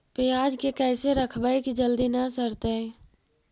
पयाज के कैसे रखबै कि जल्दी न सड़तै?